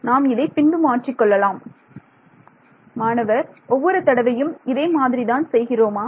நாம் இதை பின்பு மாற்றிக் கொள்ளலாம் மாணவர் ஒவ்வொரு தடவையும் இதே மாதிரி தான் செய்கிறோமா